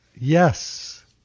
Yes